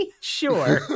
sure